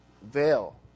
veil